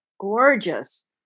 Gorgeous